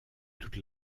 toute